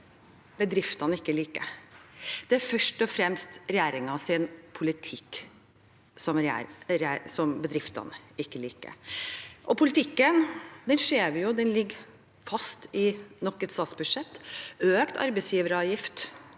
bedriftene ikke liker; det er først og fremst regjeringens politikk bedriftene ikke liker. Politikken ser vi at ligger fast i nok et statsbudsjett. Økt arbeidsgiveravgift